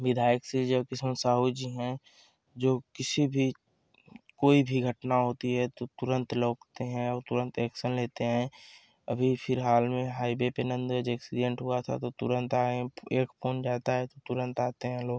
विधायक से जो इतनी समय साहू जी हैं जो किसी भी कोई भी घटना होती है तो तुरंत लौकते हैं और तुरंत ऐक्सन लेते हैं अभी फ़िलहाल में हाईवे पर नंदगंज एक्सीडेंट हुआ था तो तुरंत आए एक फोन जाता है तो तुरंत आते हैं लोग